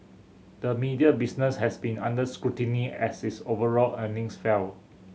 the media business has been under scrutiny as its overall earnings fell